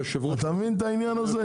אתה מבין את העניין הזה?